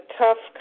tough